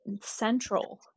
central